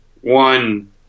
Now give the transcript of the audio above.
One